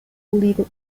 legal